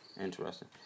interesting